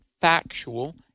factual